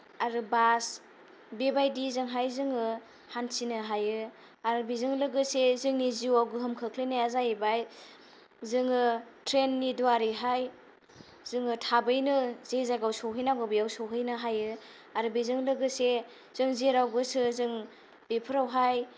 आरो बास बेबायदिजोंहाय जोङो हान्थिनो हायो आरो बेजों लोगोसे जोंनि जिउआव गोहोम खोख्लैनाया जाहैबाय जोङो त्रैननि दारैहाय जोङो थाबैनो जे जायगायाव सहैनांगौ बेयाव सहैनो हायो आरो बेजों लोगोसे जों जेराव गोसो जों बेफोरावहाय